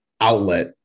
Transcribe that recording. Outlet